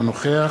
אינו נוכח